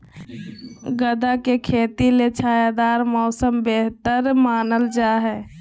गदा के खेती ले छायादार मौसम बेहतर मानल जा हय